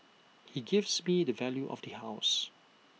he gives me the value of the house